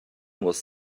was